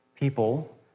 people